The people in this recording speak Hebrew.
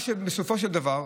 בסופו של דבר,